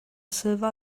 silver